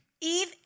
Eve